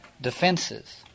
defenses